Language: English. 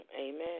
Amen